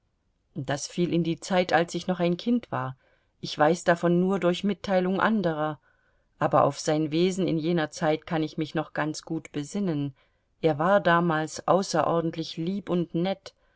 das fiel in die zeit als ich noch ein kind war ich weiß davon nur durch mitteilungen anderer aber auf sein wesen in jener zeit kann ich mich noch ganz gut besinnen er war damals außerordentlich lieb und nett